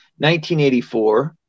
1984